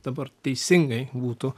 dabar teisingai būtų